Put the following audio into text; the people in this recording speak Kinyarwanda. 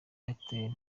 airtel